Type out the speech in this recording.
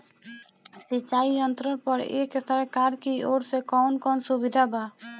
सिंचाई यंत्रन पर एक सरकार की ओर से कवन कवन सुविधा बा?